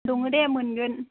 दङ दे मोनगोन